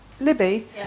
Libby